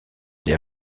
des